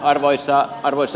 arvoisa puhemies